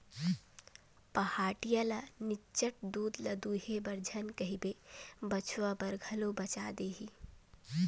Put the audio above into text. पहाटिया ल निच्चट दूद ल दूहे बर झन कहिबे बछवा बर घलो बचा देही